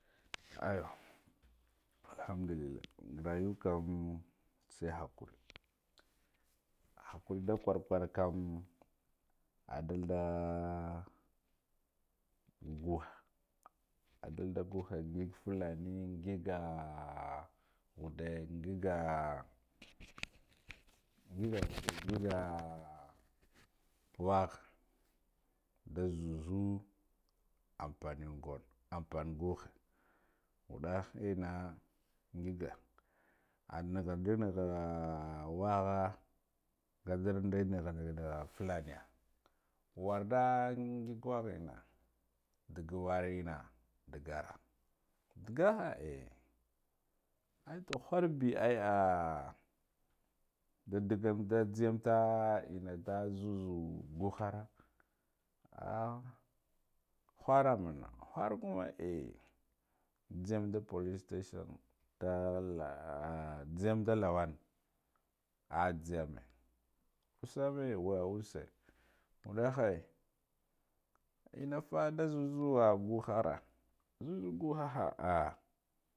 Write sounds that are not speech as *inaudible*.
Ayu alhadulla raya kam sai hakuri hakuri da kar kar kam adalda ngakha adlda ngakha ngig fulane ngiga khadde ngiga ah ngiga khudde ngiga, *hesitation* wakha nda zuzu ampanin guna ampan nguha waddah enna ngiga oh nekharde nakha ah wakha nga zir da nekha fulaneya worda ngig wakha, enna ndaga wor enna ndagara ndugaha eh aitu khur bi ai *hesitation* nda dagamda tseyamta enna nda zuzu nguhara ah khura mana to khurkama eh nzeyam da police station nda laa nze nda lawan ah nzeyame usame yau use wadda ennasa nda zuzuwa ngahara zuuz ngahaha ah.